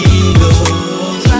eagles